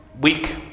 week